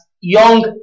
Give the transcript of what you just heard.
young